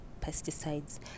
pesticides